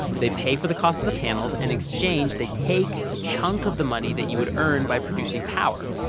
they pay for the cost of the panels and in exchange, they take a chunk of the money that you would earn by producing power.